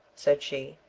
said she,